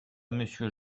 monsieur